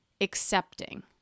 Accepting